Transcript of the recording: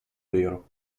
vero